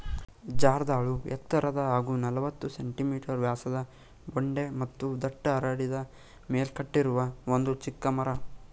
ಜರ್ದಾಳು ಎತ್ತರದ ಹಾಗೂ ನಲವತ್ತು ಸೆ.ಮೀ ವ್ಯಾಸದ ಬೊಡ್ಡೆ ಮತ್ತು ದಟ್ಟ ಹರಡಿದ ಮೇಲ್ಕಟ್ಟಿರುವ ಒಂದು ಚಿಕ್ಕ ಮರ